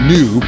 New